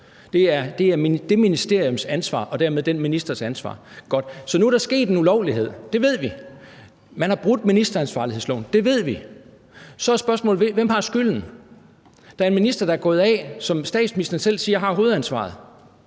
Det er det ministeriums ansvar og dermed den ministers ansvar. Godt. Så nu er der sket en ulovlighed – det ved vi. Man har brudt ministeransvarlighedsloven – det ved vi. Så er spørgsmålet, hvem der har skylden. Der er en minister, der er gået af, og som statsministeren selv siger har hovedansvaret.